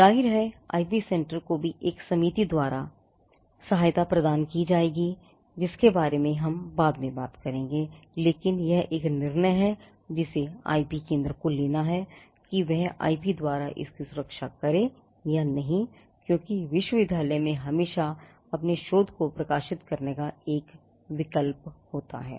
जाहिर है IP centre को भी एक समिति द्वारा सहायता प्रदान की जाएगीजिसके बारे में हम बाद में बात करेंगे लेकिन यह एक निर्णय है जिसे आईपी केंद्र को लेना है कि वह आईपी द्वारा इसकी सुरक्षा करे या नहीं क्योंकि विश्वविद्यालय में हमेशा अपने शोध को प्रकाशित करने का एक विकल्प होता है